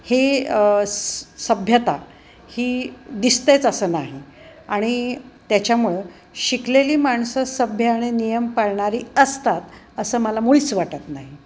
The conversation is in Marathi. हे सभ्यता ही दिसतेच असं नाही आणि त्याच्यामुळं शिकलेली माणसं सभ्य आणि नियम पाळणारी असतात असं मला मुळीच वाटत नाही